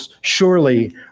surely